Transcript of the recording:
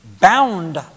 bound